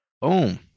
Boom